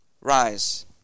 rise